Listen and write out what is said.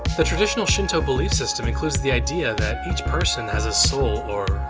the traditional shinto belief system includes the idea that each person has a soul or